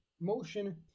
motion